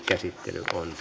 käsittelyyn